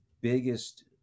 biggest